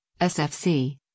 SFC